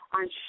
on